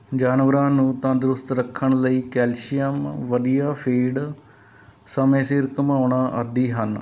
ਜਾਨਵਰਾਂ ਨੂੰ ਤੰਦਰੁਸਤ ਰੱਖਣ ਲਈ ਕੈਲਸ਼ੀਅਮ ਵਧੀਆ ਫੀਡ ਸਮੇਂ ਸਿਰ ਘੁੰਮਾਉਣਾ ਆਦਿ ਹਨ